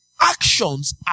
actions